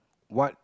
what